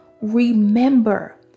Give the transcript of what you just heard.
Remember